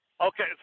Okay